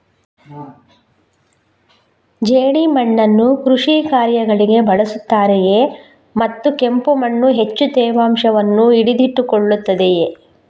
ಜೇಡಿಮಣ್ಣನ್ನು ಕೃಷಿ ಕಾರ್ಯಗಳಿಗೆ ಬಳಸುತ್ತಾರೆಯೇ ಮತ್ತು ಕೆಂಪು ಮಣ್ಣು ಹೆಚ್ಚು ತೇವಾಂಶವನ್ನು ಹಿಡಿದಿಟ್ಟುಕೊಳ್ಳುತ್ತದೆಯೇ?